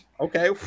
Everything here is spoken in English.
Okay